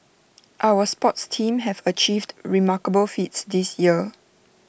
our sports teams have achieved remarkable feats this year